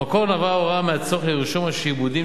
במקור נבעה ההוראה מהצורך ברישום השעבודים